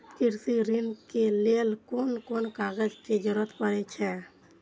कृषि ऋण के लेल कोन कोन कागज के जरुरत परे छै?